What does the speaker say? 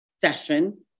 session